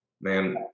man